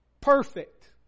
perfect